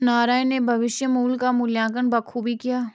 नारायण ने भविष्य मुल्य का मूल्यांकन बखूबी किया